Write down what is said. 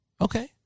Okay